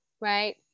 right